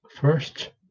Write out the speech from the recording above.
first